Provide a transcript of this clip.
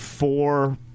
Four